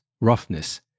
roughness